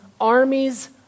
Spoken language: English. armies